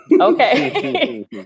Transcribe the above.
Okay